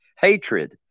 hatred